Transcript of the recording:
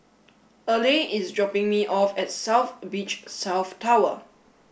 Erle is dropping me off at South Beach South Tower